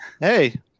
Hey